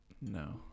No